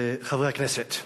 חברי הכנסת,